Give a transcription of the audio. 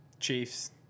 chiefs